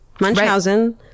Munchausen